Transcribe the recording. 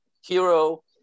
hero